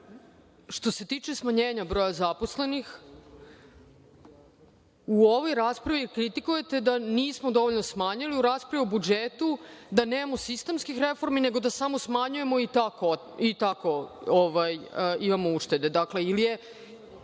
se tiče smanjenja broja zaposlenih, u ovoj raspravi kritikujete da nismo dovoljno smanjili, a u raspravi o budžetu da nemamo sistemskih reformi nego da samo smanjujemo i samo tako imamo uštede.